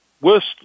worst